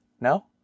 No